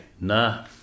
Nah